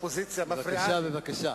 רוצה עוד קצת